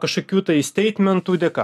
kažkokių tai steitmentų dėka